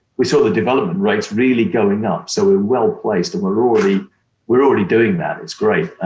we saw the development rates really going up. so we're well placed and we're already we're already doing that. it's great.